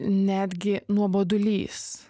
netgi nuobodulys